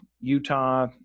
Utah